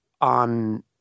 on